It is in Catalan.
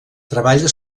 treballa